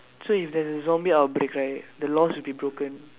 so if there's a zombie outbreak right the laws will be broken